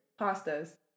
Pastas